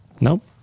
Nope